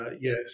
yes